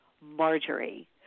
Marjorie